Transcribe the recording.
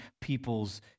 people's